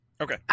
Okay